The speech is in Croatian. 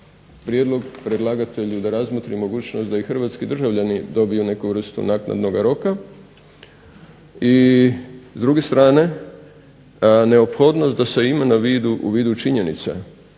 prijedlog predlagatelju da razmotri mogućnost da i hrvatski državljani dobiju neki vrstu naknadnoga roka i da s druge strane neophodnost da se ima na vidu u vidu činjenice